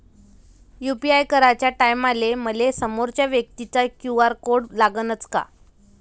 UPI कराच्या टायमाले मले समोरच्या व्यक्तीचा क्यू.आर कोड लागनच का?